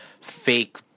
fake